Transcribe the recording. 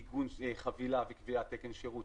עיגון חבילה וקביעת תקן שירות,